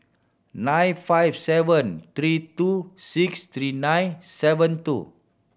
nine five seven three two six three nine seven two